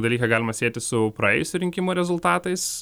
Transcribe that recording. dalyką galima sieti su praėjusių rinkimų rezultatais